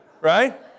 Right